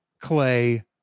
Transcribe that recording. clay